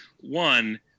one